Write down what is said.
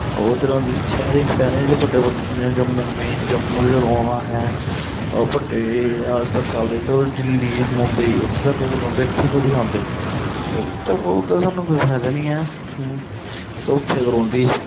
ओह् ते रौंह्दियां शैह्रें शैह्रें च बड्डे बड्डे जेह्ड़े मेन जम्मू च रौहना असें ओह् बड्डे जियां दिल्ली मुंबई उत्थें तकर गै रौंह्दे इत्थें थोह्ड़ी आंदे चलो ओह् ते सानूं कोई फायदा नेईं ऐ ते उत्थें गै रौंह्दी